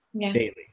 daily